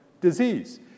disease